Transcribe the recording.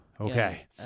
okay